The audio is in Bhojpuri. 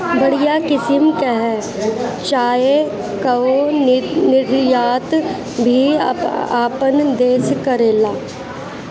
बढ़िया किसिम कअ चाय कअ निर्यात भी आपन देस करेला